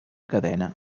cadena